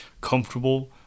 comfortable